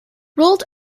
rolled